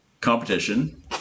competition